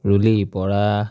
Ruli Bora